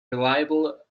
reliable